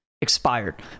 expired